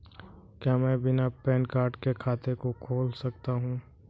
क्या मैं बिना पैन कार्ड के खाते को खोल सकता हूँ?